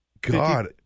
God